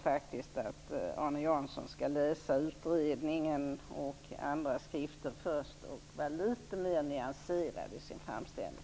Jag tycker att Arne Jansson skall läsa utredningen och andra skrifter om dessa frågor och vara litet mera nyanserad i sin framställning.